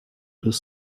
روز